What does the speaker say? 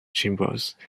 symbols